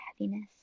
heaviness